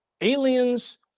Aliens